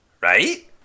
right